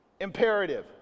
imperative